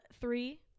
three